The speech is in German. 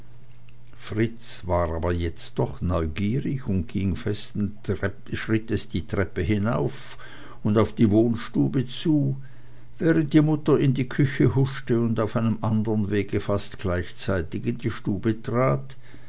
fritz war aber jetzt doch neugierig und ging festen schrittes die treppe hinauf und auf die wohnstube zu während die mutter in die küche huschte und auf einem andern wege fast gleichzeitig in die stube trat